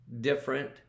different